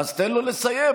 אז תן לו לסיים.